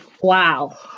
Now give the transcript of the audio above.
Wow